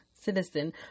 citizen